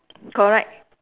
correct